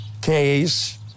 case